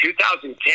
2010